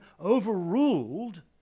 overruled